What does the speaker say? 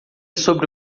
sobre